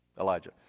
Elijah